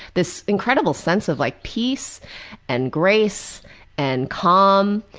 this incredible sense of like peace and grace and calm.